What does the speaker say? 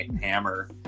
hammer